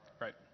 Right